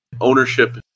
ownership